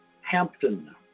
Hampton